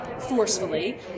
Forcefully